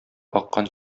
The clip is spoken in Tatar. аккан